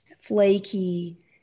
flaky